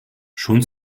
schon